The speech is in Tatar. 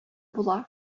була